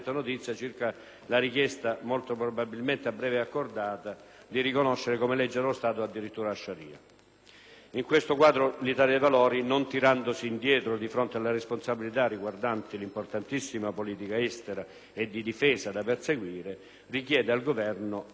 In questo quadro l'Italia dei Valori, non tirandosi indietro di fronte alle responsabilità riguardanti l'importantissima politica estera e di difesa da perseguire, richiede al Governo, approfittando del decreto per il rifinanziamento delle missioni internazionali, di spendere una parola chiara e definitiva su questo argomento.